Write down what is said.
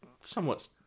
somewhat